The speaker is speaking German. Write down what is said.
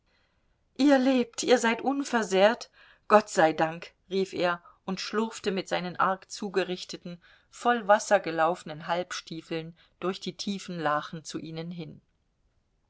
ihr lebt ihr seid unversehrt gott sei dank rief er und schlurfte mit seinen arg zugerichteten voll wasser gelaufenen halbstiefeln durch die tiefen lachen zu ihnen hin